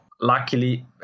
luckily